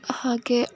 ಹಾಗೆ